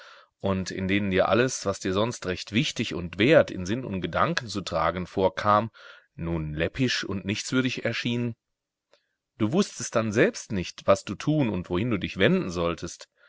und in denen dir alles was dir sonst recht wichtig und wert in sinn und gedanken zu tragen vorkam nun läppisch und nichtswürdig erschien du wußtest dann selbst nicht was du tun und wohin du dich wenden solltest